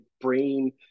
brain